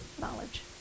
knowledge